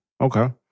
Okay